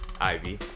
Ivy